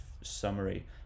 summary